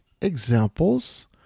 examples